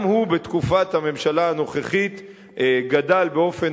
גם הוא בתקופת הממשלה הנוכחית גדל באופן